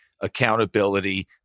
accountability